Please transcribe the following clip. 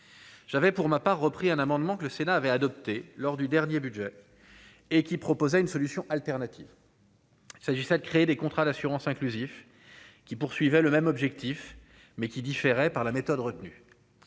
J'avais pour ma part repris un amendement que le Sénat avait adopté lors du dernier budget et qui proposait une solution alternative. Il s'agissait de créer des contrats d'assurance inclusif qui poursuivaient le même objectif, mais qui différaient par la méthode retenue,